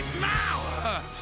now